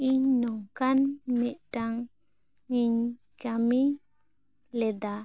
ᱤᱧ ᱱᱚᱝᱠᱟᱱ ᱢᱤᱴᱟᱝ ᱤᱧ ᱠᱟᱹᱢᱤ ᱞᱮᱫᱟ